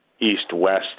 east-west